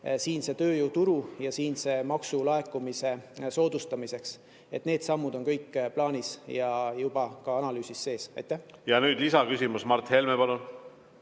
siinse tööjõuturu ja siinse maksulaekumise soodustamiseks. Need sammud on kõik plaanis ja juba ka analüüsis sees. Ja nüüd lisaküsimus, Mart Helme, palun!